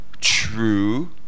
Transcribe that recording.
true